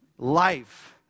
Life